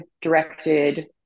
directed